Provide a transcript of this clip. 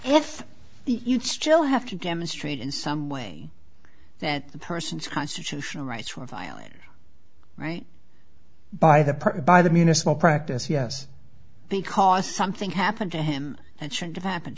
if you still have to demonstrate in some way that the person's constitutional rights were violated right by the party by the municipal practice yes because something happened to him and should have happened